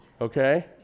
Okay